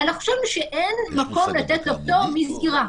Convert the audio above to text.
חשבנו שאין מקום לתת לו פטור מסגירה.